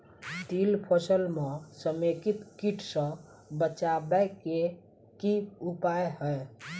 तिल फसल म समेकित कीट सँ बचाबै केँ की उपाय हय?